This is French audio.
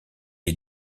est